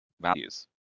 values